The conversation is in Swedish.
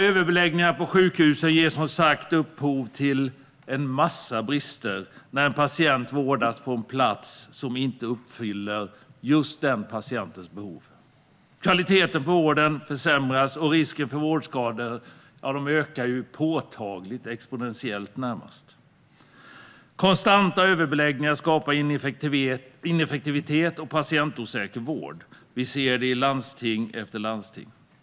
Överbeläggningarna på sjukhusen ger upphov till en massa brister när en patient vårdas på en plats som inte uppfyller just den patientens behov. Kvaliteten på vården försämras, och risken för vårdskador ökar påtagligt - närmast exponentiellt. Konstanta överbeläggningar skapar ineffektiv och patientosäker vård. Vi ser det i landsting efter landsting.